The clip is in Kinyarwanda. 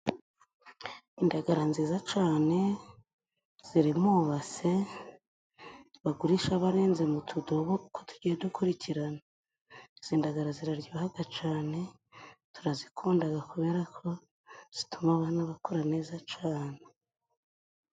Indagara nziza cane ziri mu base, bagurisha barenze mu tudobo uko tugiye dukurikirana. Izi ndagara ziraryohaga cane, turazikundaga kubera ko zituma abana bakura neza cane.